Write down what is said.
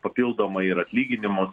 papildomai ir atlyginimus